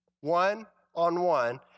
one-on-one